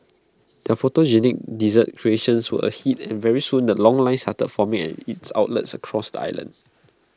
their photogenic dessert creations were A hit and very soon the long lines started forming at its outlets across the island